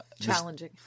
Challenging